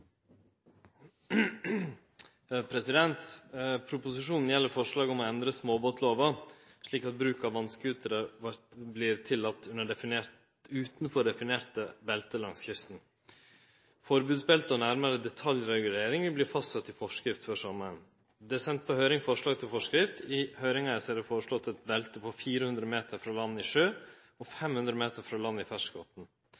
bety. Proposisjonen gjeld forslag om å endre småbåtlova, slik at bruk av vass-skuterar vert tillate utanfor definerte belte langs kysten. Forbodsbeltet og nærmare detaljregulering vil verte fastsett i forskrift før sommaren. Forslag til forskrift er sendt på høyring. I høyringa er det føreslått eit belte på 400 m frå land i sjø, og